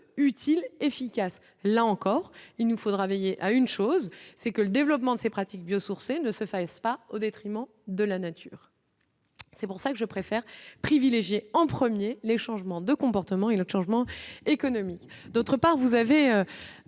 utile, efficace, là encore, il nous faudra veiller à une chose, c'est que le développement de ces pratiques bio-sourcées ne se fasse pas au détriment de la nature. C'est pour ça que je préfère privilégier en 1er, les changements de comportement et l'autre changement économique d'autre part, vous avez